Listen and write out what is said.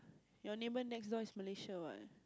your neighbour next door is Malaysia what